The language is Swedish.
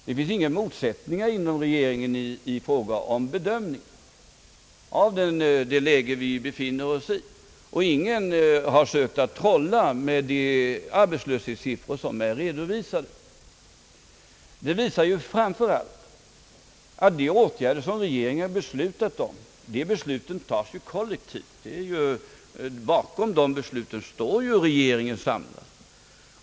Det finns inga motsättningar inom regeringen i fråga om bedömningarna av det läge vi befinner oss i. Ingen har sökt att trolla med de arbetslöshetssiffror som är redovisade. Bakom regeringens beslut står regeringen samlad.